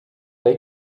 they